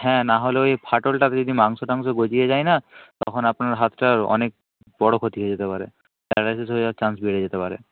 হ্যাঁ না হলে ওই ফাটলটাতে যদি মাংস টাংস গজিয়ে যায় না তখন আপনার হাতটার অনেক বড় ক্ষতি হয়ে যেতে পারে প্যারালাইসিস হয়ে যাওয়ার চান্স বেড়ে যেতে পারে